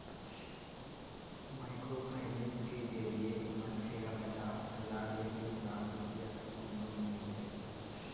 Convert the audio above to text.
micro finance के जरिए मनखे ल पचास हजार ले एक लाख रूपिया तक के लोन मिलथे